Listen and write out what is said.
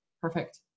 Perfect